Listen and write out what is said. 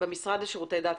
במשרד לשירותי דת,